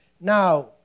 Now